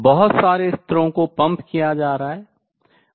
बहुत सारे स्तरों को पंप किया जा रहा है